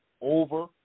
over